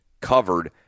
covered